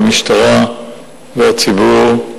המשטרה והציבור.